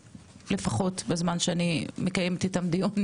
לפחות בזמן שאני מקיימת איתם דיונים